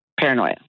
Paranoia